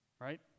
right